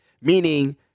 meaning